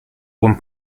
one